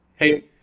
Hey